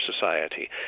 society